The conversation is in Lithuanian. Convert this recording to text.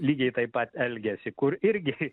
lygiai taip pat elgiasi kur irgi